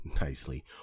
nicely